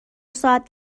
ساعت